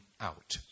out